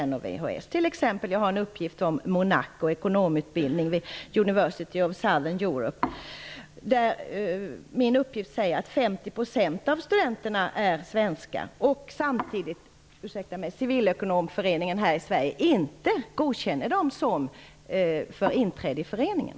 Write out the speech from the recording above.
Jag har t.ex. en uppgift om Monaco, en ekonomutbildning vid University of Southern Europe, en uppgift om att 50 % av studenterna där är svenskar samtidigt som Civilekonomföreningen här i Sverige inte godkänner dessa för inträde i föreningen.